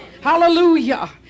Hallelujah